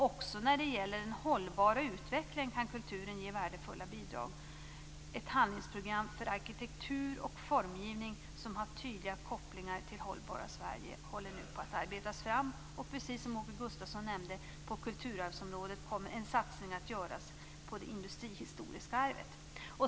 Också när det gäller den hållbara utvecklingen kan kulturen ge värdefulla bidrag. Ett handlingsprogram för arkitektur och formgivning som har tydliga kopplingar till det hållbara Sverige håller nu på att arbetas fram. Precis som Åke Gustavsson nämnde, kommer på kulturarvsområdet också en satsning att göras på det industrihistoriska arvet.